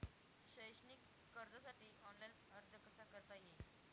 शैक्षणिक कर्जासाठी ऑनलाईन अर्ज कसा करता येईल?